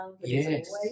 Yes